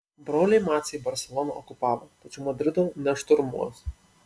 broliai maciai barseloną okupavo tačiau madrido nešturmuos